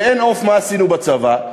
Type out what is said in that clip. כשאין עוף, מה עשינו בצבא?